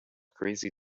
crazy